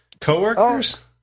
coworkers